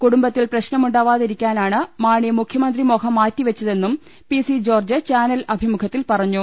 കുടുംബത്തിൽ പ്രിശ്നമുണ്ടാവാതി രിക്കാനാണ് മാണി മുഖ്യമന്ത്രി മോഹം മാറ്റിപ്പെച്ചതെന്നും പി സി ജോർജ്ജ് ചാനൽ അഭിമുഖത്തിൽ പറഞ്ഞു